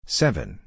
seven